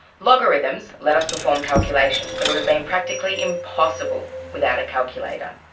logarithms let us perform calculations that would have been practically impossible without a calculator.